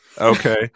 Okay